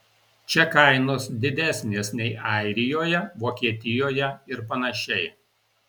čia kainos didesnės nei airijoje vokietijoje ir panašiai